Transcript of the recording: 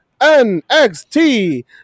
NXT